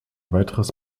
weiteres